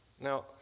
Now